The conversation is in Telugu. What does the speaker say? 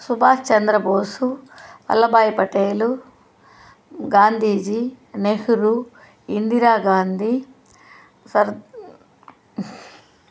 సుభాష్ చంద్రబోసు వల్లభ్భాయ్ పటేల్ గాంధీజీ నెహ్రూ ఇందిరా గాంధీ సర్